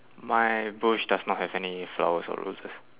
my bush does not have any flowers or roses